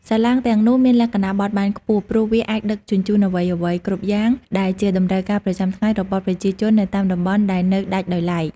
សាឡាងទាំងនោះមានលក្ខណៈបត់បែនខ្ពស់ ព្រោះវាអាចដឹកជញ្ជូនអ្វីៗគ្រប់យ៉ាងដែលជាតម្រូវការប្រចាំថ្ងៃរបស់ប្រជាជននៅតាមតំបន់ដែលនៅដាច់ដោយឡែក។